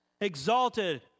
exalted